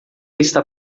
está